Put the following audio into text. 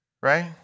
right